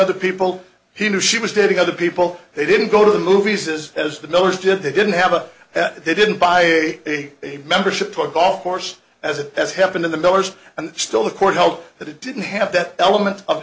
other people he knew she was dating other people they didn't go to the movies is as the nose did they didn't have a they didn't buy a membership to a golf course as it has happened in the millers and still the court held that it didn't have that element of